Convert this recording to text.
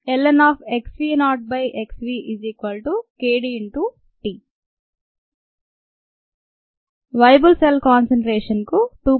ln xv0xv kd t "viable cells concentration" కు 2